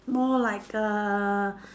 more like a